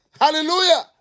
Hallelujah